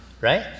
right